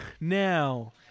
Now